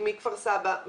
מכפר סבא,